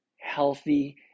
healthy